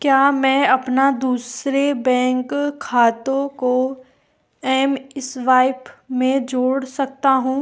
क्या मैं अपना दूसरे बैंक खातों को एम स्वाइप में जोड़ सकता हूँ